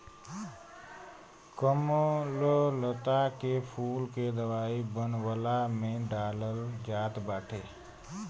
कमललता के फूल के दवाई बनवला में डालल जात बाटे